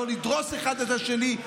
לא נדרוס אחד את השני,